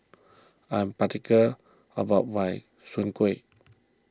I am particular about my Soon Kuih